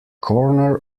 corner